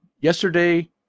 yesterday